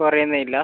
കുറയുന്നേയില്ലാ